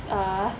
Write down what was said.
uh